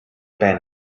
pen